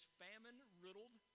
famine-riddled